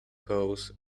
hose